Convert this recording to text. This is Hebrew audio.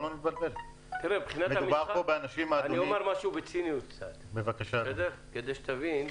אני אומר משהו קצת בציניות כדי שתבין,